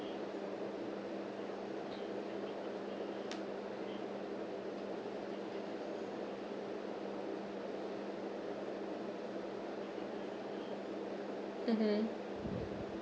mmhmm